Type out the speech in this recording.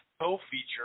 co-feature